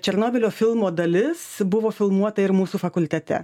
černobylio filmo dalis buvo filmuota ir mūsų fakultete